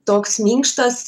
toks minkštas